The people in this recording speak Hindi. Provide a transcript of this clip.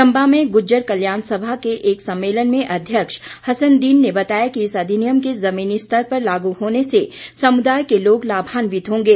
चंबा में गुज्जर कल्याण सभा के एक सम्मेलन में अध्यक्ष हसनदीन ने बताया कि इस अधिनियम के जमीनी स्तर पर लागू होने से समुदाय के लोग लाभान्वित होंगे